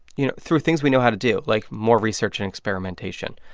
you know, through things we know how to do, like more research and experimentation,